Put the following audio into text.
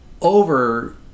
over